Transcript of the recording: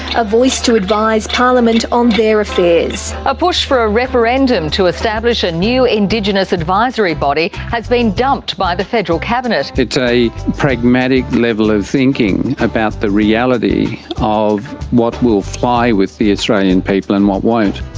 a voice to advise parliament on their affairs, a push for a referendum to establish a new indigenous advisory body has been dumped by the federal cabinet, it's a pragmatic level of thinking about the reality of what will fly with the australian people and what won't.